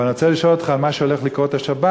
אבל אני רוצה לשאול אותך על מה שהולך לקרות השבת